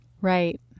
right